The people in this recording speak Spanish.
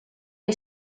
que